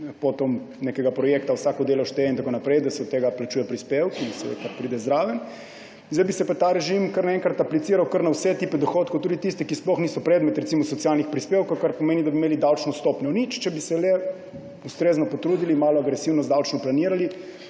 tudi s projektom Vsako delo šteje in tako naprej, da se od tega plačujejo prispevki in vse, kar pride zraven. Zdaj bi se pa ta režim kar naenkrat apliciral na vse tipe dohodkov, tudi tiste, ki sploh niso predmet, recimo socialnih prispevkov, kar pomeni, da bi imeli davčno stopnjo nič, če bi se le ustrezno potrudili, malo agresivno davčno planirali.